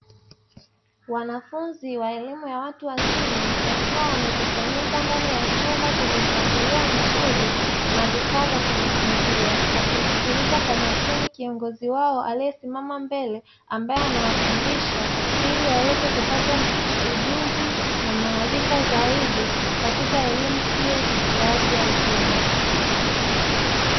Wanafunzi wa elimu ya watu wazima wakiwa wamekusanyika ndani ya chumba chenye mpangilio mzuri na vifaa vya kujifunzia. Wakimsikiliza kwa makini kiongozi wao aliyesimama mbele ambaye anawafundisha ili waweze kupata ujuzi na maarifa zaidi katika elimu hiyo ya watu wazima.